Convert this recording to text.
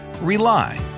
Rely